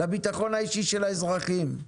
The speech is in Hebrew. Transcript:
לביטחון האישי של האזרחים.